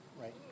right